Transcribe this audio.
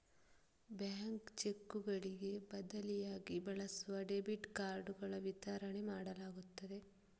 bank ಚೆಕ್ಕುಗಳಿಗೆ ಬದಲಿಯಾಗಿ ಬಳಸಲು ಡೆಬಿಟ್ ಕಾರ್ಡುಗಳ ವಿತರಣೆ ಮಾಡಲಾಗುತ್ತದೆ